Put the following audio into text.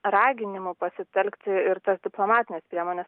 raginimų pasitelkti ir tas diplomatines priemones